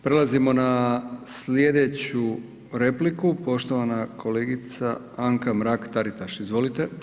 Prelazimo na slijedeću repliku, poštovana kolegica Anka Mrak Taritaš, izvolite.